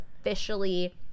officially